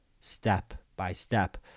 step-by-step